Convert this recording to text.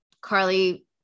Carly